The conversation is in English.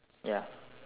ya